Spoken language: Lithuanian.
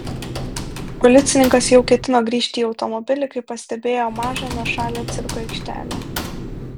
policininkas jau ketino grįžti į automobilį kai pastebėjo mažą nuošalią cirko aikštelę